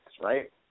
right